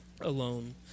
alone